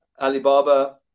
Alibaba